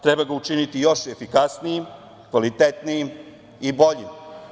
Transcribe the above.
Treba ga učiniti još efikasnijim, kvalitetnijim i boljim.